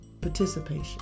participation